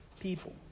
people